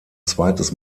zweites